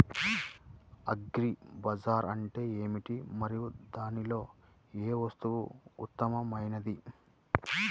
Agri Bazaar అంటే ఏమిటి మరియు దానిలో ఏ వస్తువు ఉత్తమమైనది?